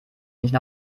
nicht